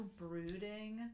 brooding